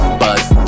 buzz